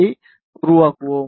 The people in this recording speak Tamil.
டி உருவாக்குவோம்